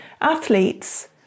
Athletes